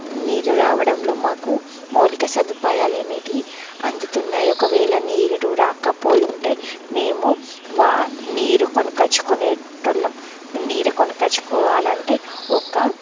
నీరు రావడంలో మాకు మౌలిక సదుపాయాలు అనేటివి అందుతున్నాయి ఒకవేళ నీరు రాకపోయి ఉంటే మేము వా నీరు కొనక్కొచ్చుకునేటోళ్ళం నీరు కొనుకొచ్చుకోవాలంటే ఒక